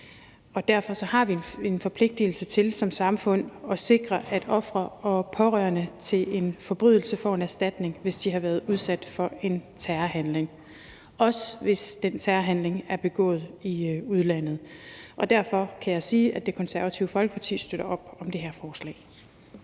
og derfor har vi en forpligtigelse til som samfund at sikre, at ofre og pårørende ved en forbrydelse får en erstatning, hvis de har været udsat for en terrorhandling, også hvis den terrorhandling er begået i udlandet. Derfor kan jeg sige, at Det Konservative Folkeparti støtter op om det her forslag.